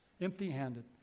empty-handed